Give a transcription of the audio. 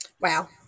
wow